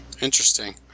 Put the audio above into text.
Interesting